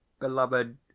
Beloved